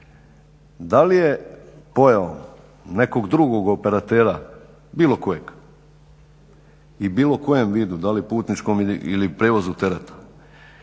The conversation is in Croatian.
Da li je pojavom nekog drugog operatera, bilo kojeg i u bilo kojem vidu da li putničkom ili prijevozu tereta,